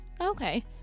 Okay